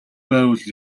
байвал